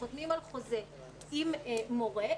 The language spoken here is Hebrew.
שחותמים על חוזה עם מורה,